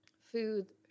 food